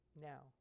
Now